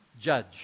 Judge